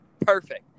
perfect